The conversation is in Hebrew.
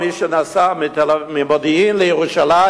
שהנושא הזה הוא נושא שמאוד מאוד קרוב ללבך,